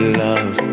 love